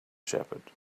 shepherd